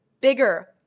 bigger